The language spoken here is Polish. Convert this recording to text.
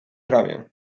ramię